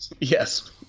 Yes